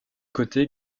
côté